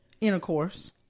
intercourse